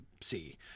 see